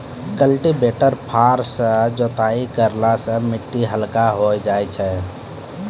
cultivator फार सँ जोताई करला सें मिट्टी हल्का होय जाय छै